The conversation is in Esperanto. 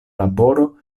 laboro